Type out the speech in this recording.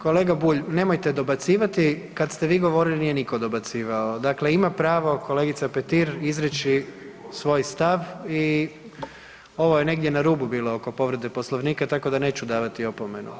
Kolega Bulj nemojte dobacivati kada ste vi govorili nije nitko dobacivao, dakle ima pravo kolegica Petir izreći svoj stav i ovo je negdje na rubu bilo negdje oko povrede Poslovnika tako da neću davati opomenu.